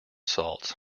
salts